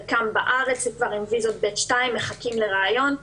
חלקם בארץ עם ויזות ב'2 מחכים לראיון,